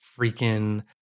freaking